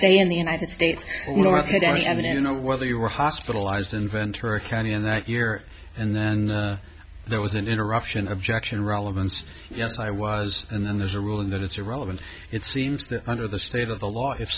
stay in the united states and in no whether you were hospitalized in ventura county in that year and then there was an interruption objection relevance yes i was and then there's a rule in that it's irrelevant it seems that under the state of the law if